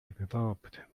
developed